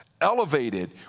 elevated